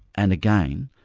and again,